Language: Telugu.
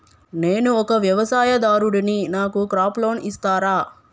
నేను ఒక వ్యవసాయదారుడిని నాకు క్రాప్ లోన్ ఇస్తారా?